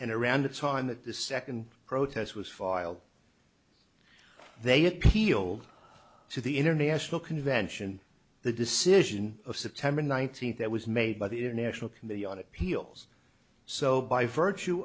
and around the time that the second protest was filed they appealed to the international convention the decision of september nineteenth that was made by the international committee on appeals so by virtue